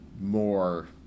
more